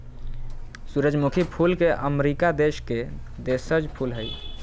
सूरजमुखी फूल अमरीका देश के देशज फूल हइ